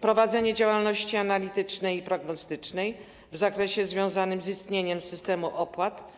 prowadzenie działalności analitycznej i prognostycznej w zakresie związanym z istnieniem systemu opłat.